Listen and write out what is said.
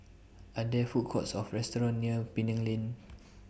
Are There Food Courts Or restaurants near Penang Lane